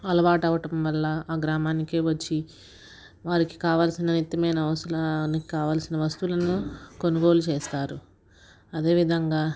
అలవాటు అవటంవల్ల ఆ గ్రామానికే వచ్చి వారికి కావాల్సిన నిత్యమైన అవసరానికి కావాల్సిన వస్తువులను కొనుగోలు చేస్తారు అదేవిధంగా